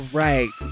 right